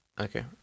Okay